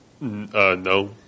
no